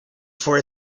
for